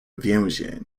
więzień